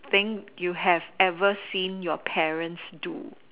thing you have ever seen your parents do